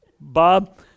Bob